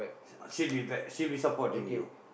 she'll be back she'll be supporting you